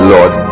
Lord